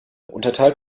unterteilt